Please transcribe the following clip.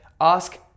Ask